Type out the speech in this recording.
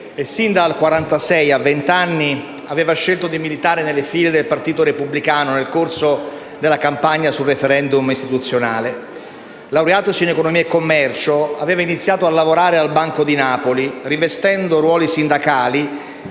e sin dal 1946, a vent'anni, aveva scelto di militare nelle file repubblicane, nel corso della campagna sul *referendum* istituzionale. Laureatosi in economia e commercio, aveva iniziato a lavorare al Banco di Napoli, rivestendo ruoli sindacali